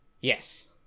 Yes